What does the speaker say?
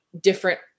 different